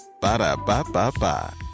Ba-da-ba-ba-ba